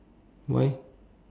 why